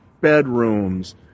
bedrooms